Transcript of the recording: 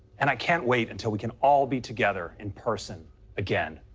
and i can't wait until we can all be together in person again.